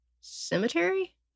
Cemetery